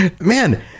man